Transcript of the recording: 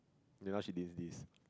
then now she dean's list